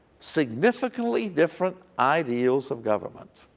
significantly different ideals of government